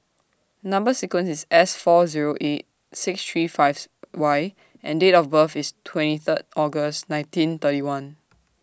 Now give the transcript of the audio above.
Number sequence IS S four Zero eight six three Fifth Y and Date of birth IS twenty Third August nineteen thirty one